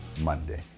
Monday